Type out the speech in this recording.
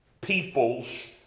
peoples